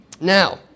Now